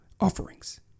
offerings